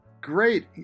Great